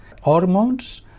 hormones